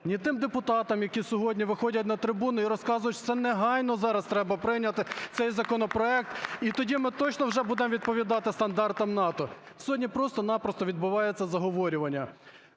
ні тим депутатам, які сьогодні виходять на трибуну і розказують, що це негайно зараз треба прийняти цей законопроект і тоді ми точно вже будемо відповідати стандартам НАТО. Сьогодні просто-на-просто відбувається заговорювання.